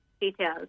details